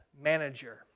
manager